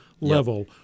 level